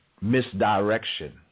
Misdirection